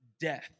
death